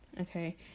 okay